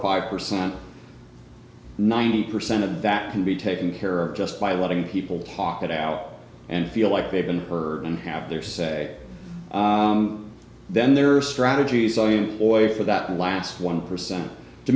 five percent ninety percent of that can be taken care of just by letting people talk it out and feel like they've been heard and have their say then there are strategies on oil for that last one percent to